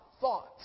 thoughts